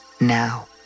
now